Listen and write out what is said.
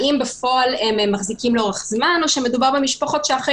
האם הם מחזיקים לאורך זמן או שמדובר במשפחות שלאחר